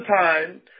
time